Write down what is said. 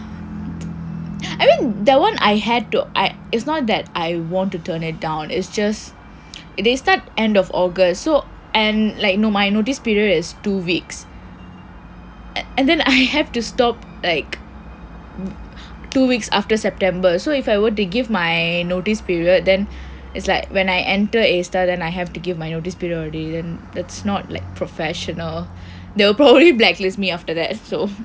I mean that [one] I had to I it's not that I want to turn it down it's just it they start end of august and like no my notice period is two weeks and then I have to stop like two weeks after september so if I were to give my notice period then it's like when I enter a star then I have to give my notice period already then that's not like professional they'll probably blacklist me after that so